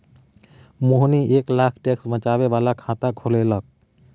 मोहिनी एक लाख टैक्स बचाबै बला खाता खोललकै